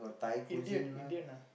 Indian Indian ah